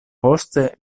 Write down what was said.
poste